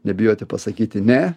nebijoti pasakyti ne